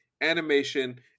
animation